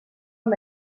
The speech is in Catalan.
amb